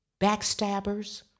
backstabbers